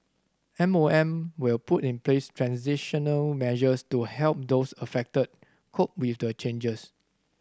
M O M will put in place transitional measures to help those affected cope with the changes